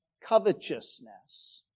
covetousness